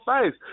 face